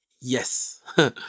Yes